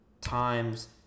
times